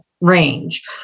range